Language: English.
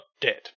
dead